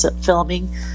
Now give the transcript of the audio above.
filming